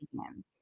again